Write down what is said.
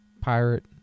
pirate